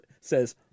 says